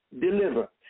deliver